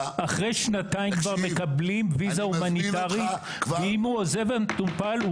אחרי שנתיים כבר מקבלים ויזה הומניטרית ואם הוא עוזב את המטופל,